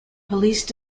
police